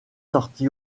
sorti